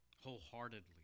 wholeheartedly